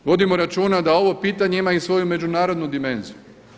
Vodimo računa da ovo pitanje ima i svoju međunarodnu dimenziju.